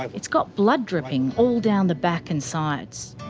it's got blood dripping all down the back and sides.